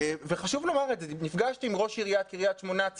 חשוב לומר שנפגשתי עם ראש עיריית קריית שמונה אביחי שטרן,